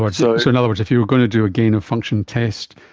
but so so in other words, if you were going to do a gain of function test,